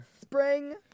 Spring